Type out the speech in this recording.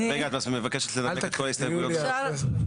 רגע, את מבקשת לנמק את כל ההסתייגויות יחד?